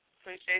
Appreciate